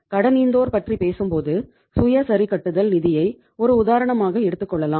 கடனீந்தோர் பற்றி பேசும்போது சுய சரிகட்டுதல் நிதியை ஒரு உதாரணமாக எடுத்துக் கொள்ளலாம்